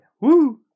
Woo